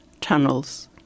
tunnels